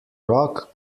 rock